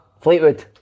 Fleetwood